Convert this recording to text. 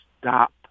stop